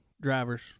drivers